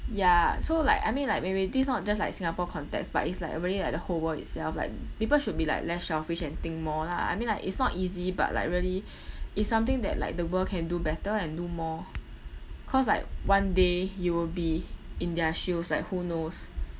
ya so like I mean like maybe this is not just like singapore context but it's like uh really like the whole world itself like people should be like less selfish and think more lah I mean like it's not easy but like really it's something that like the world can do better and do more cause like one day you will be in their shoes like who knows